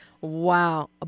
Wow